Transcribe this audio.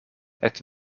het